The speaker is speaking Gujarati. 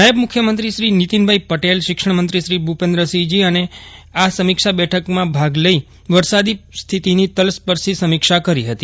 નાયબ મુખ્યમંત્રી શ્રી નિતીનભાઈ પટેલ શિક્ષણ મંત્રી શ્રી ભૂપેન્દ્રસિંહજી એ આ સમીક્ષા બેઠકમાં ભાગ લઈ વરસાદી સ્થિતિની તલસ્પર્શી સમીક્ષા કરી હતી